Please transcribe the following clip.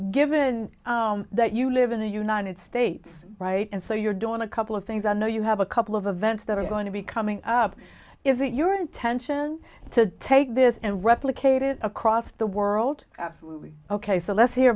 given that you live in the united states right and so you're doing a couple of things i know you have a couple of events that are going to be coming up is it your intention to take this and replicate it across the world absolutely ok so let's hear